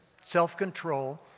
self-control